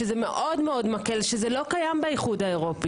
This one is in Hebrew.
שזה מאוד מקל שלא קיים באיחוד האירופי.